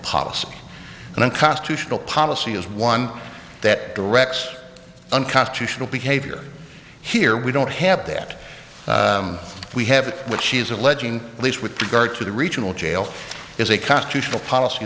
policy and unconstitutional policy is one that directs unconstitutional behavior here we don't have that we have what she's alleging at least with regard to the regional jail is a constitutional policy